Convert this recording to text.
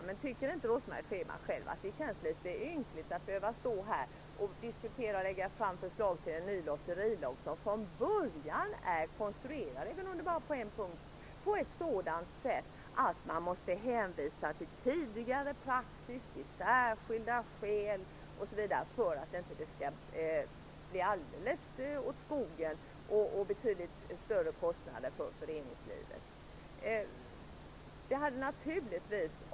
Det handlar visserligen bara om en punkt, men tycker Rose-Marie Frebran inte att det känns litet ynkligt att behöva stå här och diskutera förslag till en ny lotterilag som från början är konstruerad så, att man måste hänvisa till tidigare praxis, särskilda skäl osv. för att det inte skall gå alldeles åt skogen och bli betydligt större kostnader för föreningslivet?